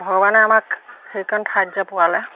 ভগৱানে আমাক সেইখন ঠাইত যে পোৱালে